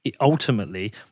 ultimately